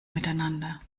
miteinander